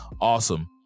Awesome